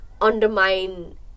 undermine